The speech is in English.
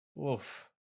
oof